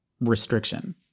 restriction